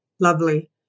Lovely